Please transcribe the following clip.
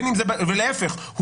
ולהיפך,